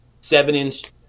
seven-inch